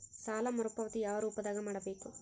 ಸಾಲ ಮರುಪಾವತಿ ಯಾವ ರೂಪದಾಗ ಮಾಡಬೇಕು?